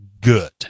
good